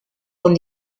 con